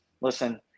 listen